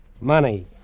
Money